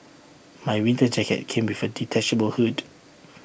my winter jacket came with A detachable hood